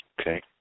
Okay